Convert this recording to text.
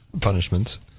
punishments